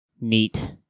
Neat